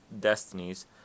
destinies